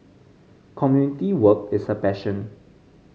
community work is her passion